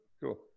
Cool